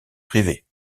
privée